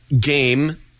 game